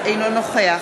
אינו נוכח